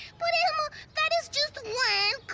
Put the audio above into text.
but elmo that is just one